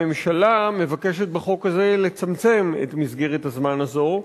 הממשלה מבקשת בחוק הזה לצמצם את מסגרת הזמן הזאת,